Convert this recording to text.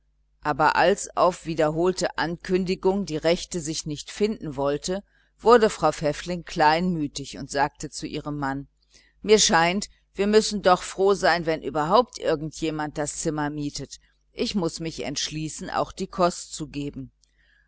aber als auf wiederholte ankündigung die rechte sich nicht finden wollte wurde frau pfäffling kleinmütig und sagte zu ihrem mann mir scheint wir müssen froh sein wenn überhaupt irgend jemand das zimmer mietet ich muß mich entschließen auch die kost zu geben